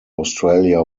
australia